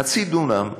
חצי דונם,